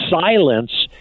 silence